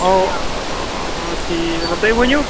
اَوا تیٖل تُہۍ ؤنو کیٛاہ